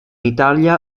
italia